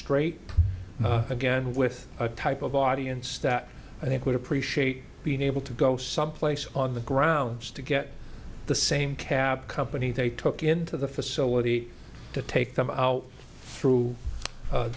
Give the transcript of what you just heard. strait again with a type of audience that i think would appreciate being able to go someplace on the grounds to get the same cab company they took into the facility to take them through